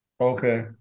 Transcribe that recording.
Okay